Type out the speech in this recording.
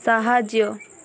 ସାହାଯ୍ୟ